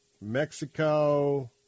Mexico